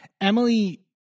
emily